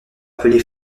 appelé